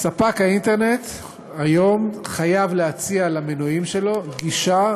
ספק האינטרנט היום חייב להציע למנויים שלו גישה